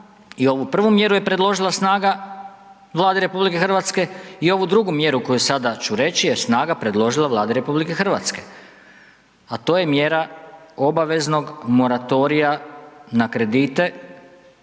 I ovu prvu mjeru je predložila SNAGA Vlade RH i ovu drugu mjeru koju sada ću reći je SNAGA predložila Vladi RH, a to je mjera obaveznog moratorija na kredite